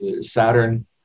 Saturn